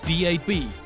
DAB